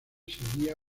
seguía